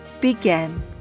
begin